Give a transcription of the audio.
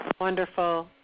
Wonderful